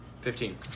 Fifteen